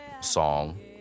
song